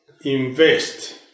invest